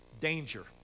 Danger